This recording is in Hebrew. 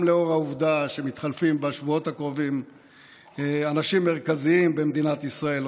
גם לאור העובדה שמתחלפים בשבועות הקרובים אנשים מרכזיים במדינת ישראל,